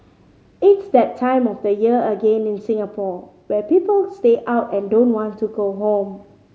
it's that time of the year again in Singapore where people stay out and don't want to go home